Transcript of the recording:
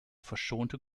verschonte